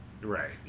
Right